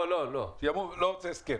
לא רוצה הסכם.